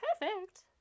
Perfect